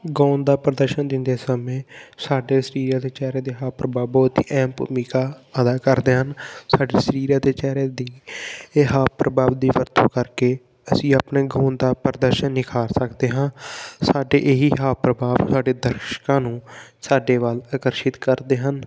ਗਾਉਣ ਦਾ ਪ੍ਰਦਰਸ਼ਨ ਦਿੰਦੇ ਸਮੇਂ ਸਾਡੇ ਸਰੀਰ ਅਤੇ ਚਿਹਰੇ ਦੇ ਹਾਵ ਪ੍ਰਭਾਵ ਬਹੁਤ ਹੀ ਅਹਿਮ ਭੂਮਿਕਾ ਅਦਾ ਕਰਦੇ ਹਨ ਸਾਡੇ ਸਰੀਰ ਅਤੇ ਚਿਹਰੇ ਦੀ ਇਹ ਹਾਵ ਪ੍ਰਭਾਵ ਦੀ ਵਰਤੋਂ ਕਰਕੇ ਅਸੀਂ ਆਪਣੇ ਗਾਉਣ ਦਾ ਪ੍ਰਦਰਸ਼ਨ ਨਿਖਾਰ ਸਕਦੇ ਹਾਂ ਸਾਡੇ ਇਹੀ ਹਾਵ ਪ੍ਰਭਾਵ ਸਾਡੇ ਦਰਸ਼ਕਾਂ ਨੂੰ ਸਾਡੇ ਵੱਲ ਆਕਰਸ਼ਿਤ ਕਰਦੇ ਹਨ